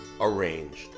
Arranged